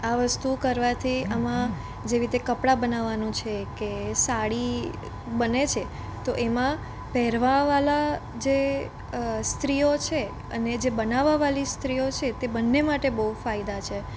આ વસ્તુ કરવાથી આમાં જેવી રીતે કપડા બનાવવાનું છે કે સાડી બને છે તો એમાં પહેરવાવાળા જે સ્ત્રીઓ છે અને જે બનાવાવાળી સ્ત્રીઓ છે તે બંને માટે બહુ ફાયદા છે